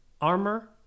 armor